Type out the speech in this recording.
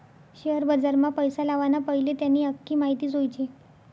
share बजारमा पैसा लावाना पैले त्यानी आख्खी माहिती जोयजे